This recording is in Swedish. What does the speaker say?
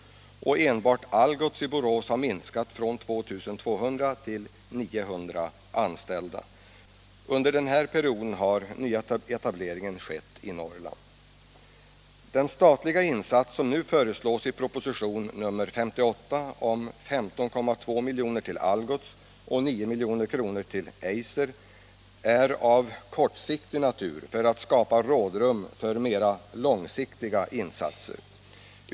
Enbart Algots i Borås har minskat arbetsstyrkan från 2 200 till 900. Under den här perioden har nyetableringen skett i Norrland. Den statliga insats som nu föreslås i propositionen 58 med 15,2 milj.kr. till Algots och 9 milj.kr. till Eiser är av för kortsiktig natur för att skapa rådrum för mera långsiktiga insatser.